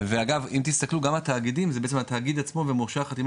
ואגב אם תסתכלו גם על התאגידים אז בעצם התאגיד עצמו ומורשה החתימה